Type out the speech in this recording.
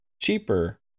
cheaper